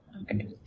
Okay